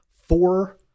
four